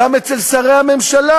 גם אצל שרי הממשלה,